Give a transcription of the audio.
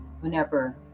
whenever